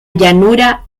llanura